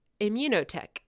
Immunotech